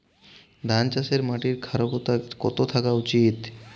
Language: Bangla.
ধান চাষে মাটির ক্ষারকতা কত থাকা উচিৎ?